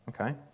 Okay